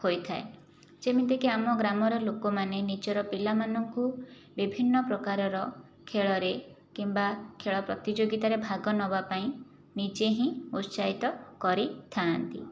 ହୋଇଥାଏ ଯେମିତିକି ଆମ ଗ୍ରାମର ଲୋକମାନେ ନିଜର ପିଲାମାନଙ୍କୁ ବିଭିନ୍ନ ପ୍ରକାରର ଖେଳରେ କିମ୍ବା ଖେଳ ପ୍ରତିଯୋଗିତାରେ ଭାଗନେବା ପାଇଁ ନିଜେ ହିଁ ଊତ୍ସାହିତ କରିଥାଆନ୍ତି